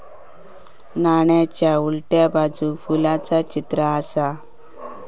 नाण्याच्या उलट्या बाजूक फुलाचा चित्र आसा